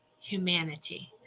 humanity